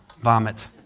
vomit